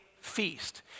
feast